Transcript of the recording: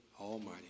Almighty